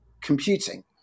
computing